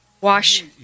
wash